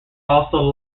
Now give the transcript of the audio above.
also